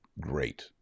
Great